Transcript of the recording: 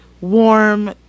warm